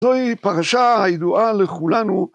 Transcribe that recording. זוהי פרשה הידועה לכולנו